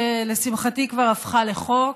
שלשמחתי כבר הפכה לחוק,